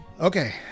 Okay